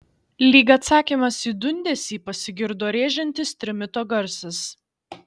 lyg atsakymas į dundesį pasigirdo rėžiantis trimito garsas